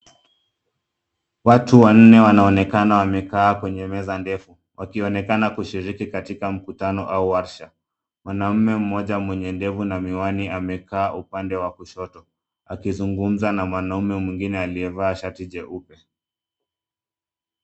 Watu wanne wanaonekana wamekaa kwenye meza ndefu, wakionekana kushiriki katika mkutano au warsha. Mwanamume mmoja mwenye ndevu na miwani amekaa upande wa kushoto akizungumza na mwanaume mwingine aliyevaa shati jeupe.